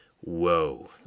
whoa